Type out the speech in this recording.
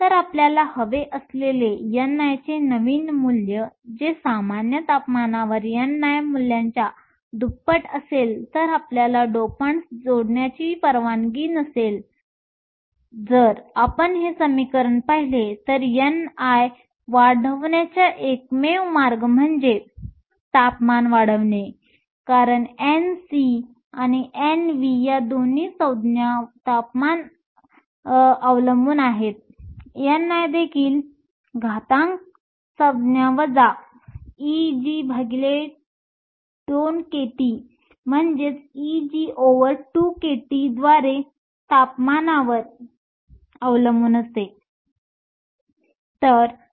तर आपल्याला हवे असलेले ni चे नवीन मूल्य जे सामान्य तापमानावर ni मूल्याच्या दुप्पट असेल जर आपल्याला डोपंट्स जोडण्याची परवानगी नसेल आणि जर आपण हे समीकरण पाहिले तर ni वाढवण्याचा एकमेव मार्ग म्हणजे तापमान वाढवणे कारण Nc आणि Nv या दोन्ही संज्ञा तापमान अवलंबून आहेत ni देखील घातांक संज्ञा वजा Eg2kT द्वारे तापमानावर अवलंबून असते